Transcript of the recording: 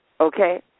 Okay